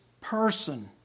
person